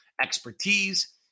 expertise